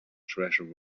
treasure